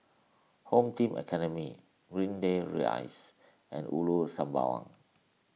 Home Team Academy Greendale Rise and Ulu Sembawang